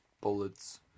bullets